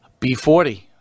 B40